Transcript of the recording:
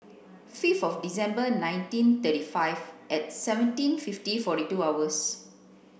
fifith December nineteen thirty five at seventeen fifty forty two hours